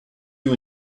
you